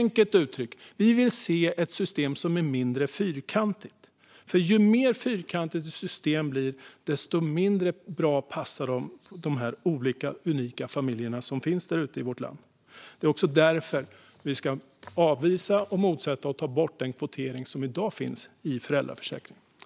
Enkelt uttryckt: Vi vill se ett system som är mindre fyrkantigt. Ju mer fyrkantigt ett system blir, desto mindre bra passar det de olika unika familjer som finns där ute i vårt land. Det är också därför vi ska avvisa och motsätta oss kvotering i föräldraförsäkringen och ta bort den kvotering som i dag finns.